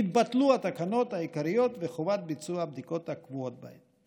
יתבטלו התקנות העיקריות וחובת ביצוע הבדיקות הקבועה בהן.